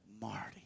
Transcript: Marty